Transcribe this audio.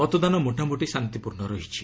ମତଦାନ ମୋଟାମୋଟି ଶାନ୍ତିପୂର୍ଣ୍ଣ ରହିଛି